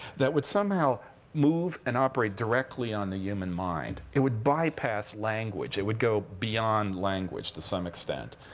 that would somehow move and operate directly on the human mind. it would bypass language. it would go beyond language, to some extent.